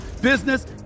business